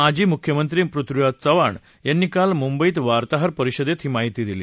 माजी मुख्यमंत्री पृथ्वीराज चव्हाण यांनी काल मुंबईत वार्ताहर परिषदेत ही माहिती दिली